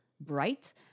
bright